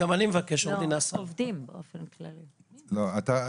לא, אתה,